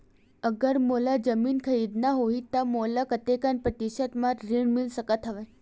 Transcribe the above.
अगर मोला जमीन खरीदना होही त मोला कतेक प्रतिशत म ऋण मिल सकत हवय?